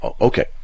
okay